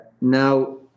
Now